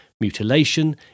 mutilation